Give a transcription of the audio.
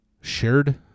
shared